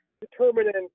determinant